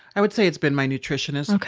i would say it's been my nutritionist.